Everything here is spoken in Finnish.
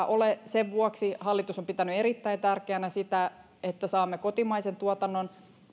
ole sen vuoksi hallitus on pitänyt erittäin tärkeänä sitä että saamme kotimaisen tuotannon